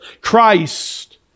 Christ